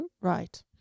Right